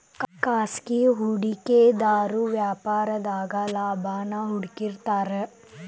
ಖಾಸಗಿ ಹೂಡಿಕೆದಾರು ವ್ಯಾಪಾರದಾಗ ಲಾಭಾನ ಹುಡುಕ್ತಿರ್ತಾರ